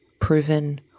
proven